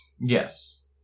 Yes